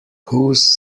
whose